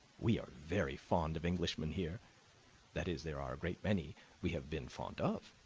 we are very fond of englishmen here that is, there are a great many we have been fond of.